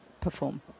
perform